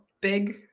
big